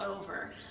over